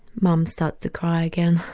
mum starts to cry again.